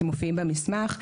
שמופיעים במסמך.